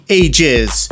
ages